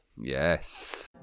Yes